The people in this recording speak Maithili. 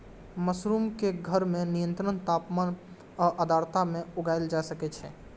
मशरूम कें घर मे नियंत्रित तापमान आ आर्द्रता मे उगाएल जा सकै छै